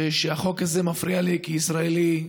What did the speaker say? שהחוק הזה מפריע לי כישראלי.